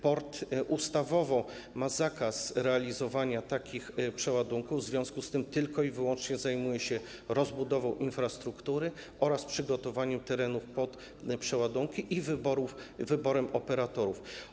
Port ustawowo ma zakaz realizowania takich przeładunków, w związku z tym tylko i wyłącznie zajmuje się rozbudową infrastruktury oraz przygotowaniem terenów pod przeładunki i wyborem operatorów.